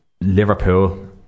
Liverpool